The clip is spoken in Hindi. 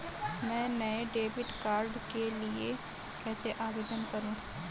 मैं नए डेबिट कार्ड के लिए कैसे आवेदन करूं?